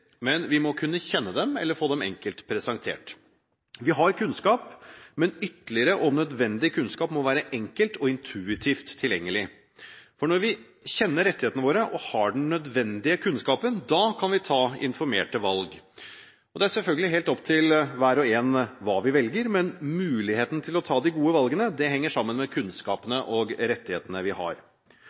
men vi må kunne kjenne dem eller få dem enkelt presentert. Vi har kunnskap, men ytterligere og nødvendig kunnskap må være enkelt og intuitivt tilgjengelig. Når vi kjenner rettighetene våre og har den nødvendige kunnskapen, kan vi ta informerte valg. Det er selvfølgelige helt opp til hver og en hva man velger, men muligheten til å ta de gode valgene henger sammen med kunnskapen og rettighetene man har.